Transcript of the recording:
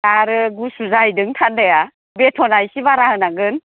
आरो गुसु जाहैदों थान्दाया बेथना एसे बारा होनांगोन